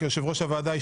כיושב בראש הוועדה,